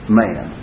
man